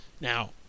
Now